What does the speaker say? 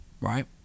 right